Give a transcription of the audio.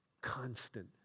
Constant